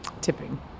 Tipping